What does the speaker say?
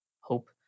hope